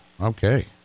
Okay